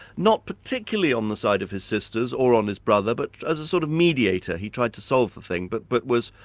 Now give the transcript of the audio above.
not particularly on the side of his sisters, or on his brother, but as a sort of mediator. he tried to solve the thing, but but was,